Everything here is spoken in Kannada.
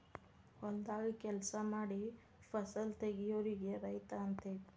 ಹೊಲದಾಗ ಕೆಲಸಾ ಮಾಡಿ ಫಸಲ ತಗಿಯೋರಿಗೆ ರೈತ ಅಂತೆವಿ